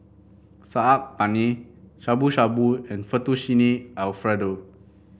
Saag Paneer Shabu Shabu and Fettuccine Alfredo